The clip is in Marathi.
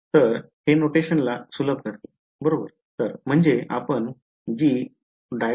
तर हे नोटेशनला सुलभ करते बरोबर